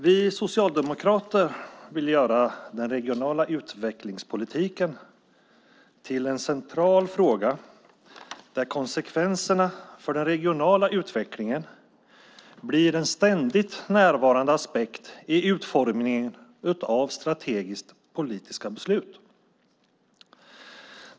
Vi socialdemokrater vill göra den regionala utvecklingspolitiken till en central fråga där konsekvenserna för den regionala utvecklingen blir en ständigt närvarande aspekt i utformningen av strategiska politiska beslut.